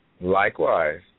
Likewise